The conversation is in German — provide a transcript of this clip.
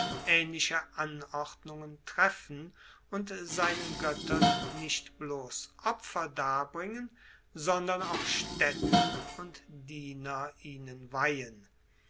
aehnliche anordnungen treffen und seinen goettern nicht bloss opfer darbringen sondern auch staetten und diener ihnen weihen